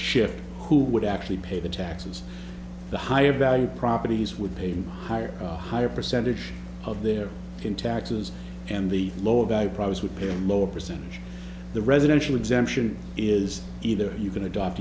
shift who would actually pay the taxes the higher value properties with pain higher higher percentage of their in taxes and the lower value products would pay a lower percentage the residential exemption is either you can adopt